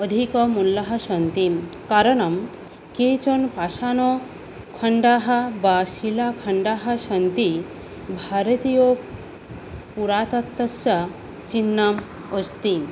अधिकमूल्यं शन्ति कारणं केचन पाषाणखण्डाः वा शिलाखण्डाः सन्ति भारतीयपुरातत्वस्य चिह्नम् अस्ति